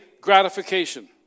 gratification